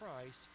Christ